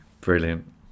Brilliant